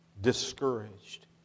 Discouraged